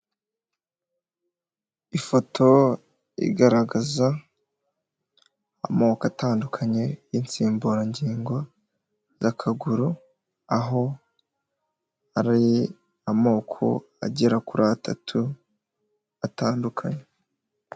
Ifoto, igaragaza, amoko atandukanye, y'insimburangingo z'akaguru aho ari amoko agera kuri atatu, atandukanye.